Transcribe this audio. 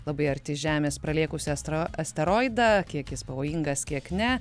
labai arti žemės pralėkusį astra asteroidą kiek jis pavojingas kiek ne